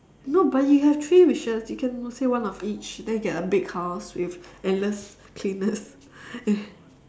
no but you have three wishes you can say one of each then you get a big house with endless cleaners and